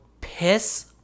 piss